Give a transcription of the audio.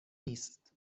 نیست